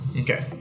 Okay